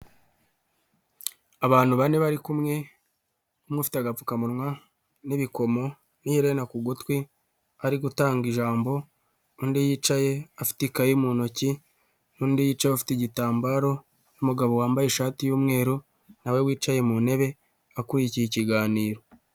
Abantu bane bari kumwe, umwe ufite agapfukamunwa n'ibikomo n'iherena ku gutwi, ari gutanga ijambo, undi yicaye afite ikayi mu ntoki, n'undi yicaye afite igitambaro, n'umugabo wambaye ishati y'umweru, nawe wicaye mu ntebe akurikiye ikiganiro.